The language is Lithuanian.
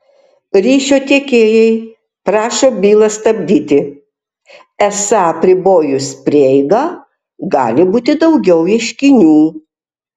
ryšio tiekėjai prašo bylą stabdyti esą apribojus prieigą gali būti daugiau ieškinių